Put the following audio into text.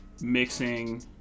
mixing